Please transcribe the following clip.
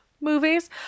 movies